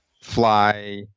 fly